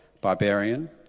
barbarian